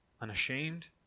unashamed